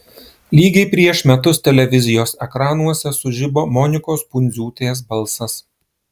lygiai prieš metus televizijos ekranuose sužibo monikos pundziūtės balsas